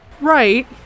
right